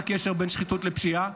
את הקשר בין שחיתות לפשיעה.